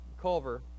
Culver